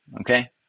Okay